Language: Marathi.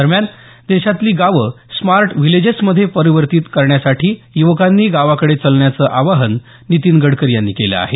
दरम्यान देशातली गावं स्मार्ट व्हिलेजेसमध्ये परिवर्तित करण्यासाठी युवकांनी गावाकडे चलण्याचं आवाहन नितीन गडकरी यांनी केलं आहे